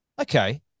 Okay